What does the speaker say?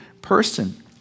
person